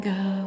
go